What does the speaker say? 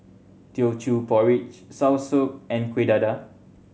Teochew Porridge soursop and Kueh Dadar